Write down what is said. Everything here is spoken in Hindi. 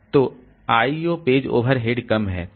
तो IO पेज ओवरहेड कम है